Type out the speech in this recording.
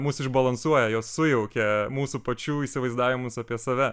mus išbalansuoja jos sujaukia mūsų pačių įsivaizdavimus apie save